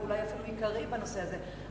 ואולי אפילו עיקרי בנושא הזה,